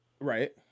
Right